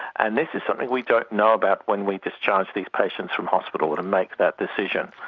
and this is something we don't know about when we discharge these patients from hospital and make that decision.